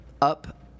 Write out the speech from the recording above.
up